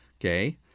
okay